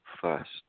first